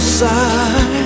side